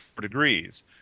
degrees